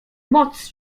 moc